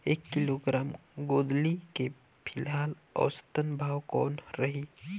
एक किलोग्राम गोंदली के फिलहाल औसतन भाव कौन रही?